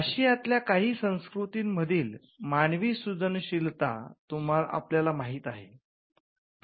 आशियातल्या काही संस्कृती मधली मानवी सृजनशीलता आपल्याला माहित आहे